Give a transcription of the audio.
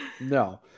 No